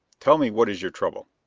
tell me what is your trouble.